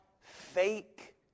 fake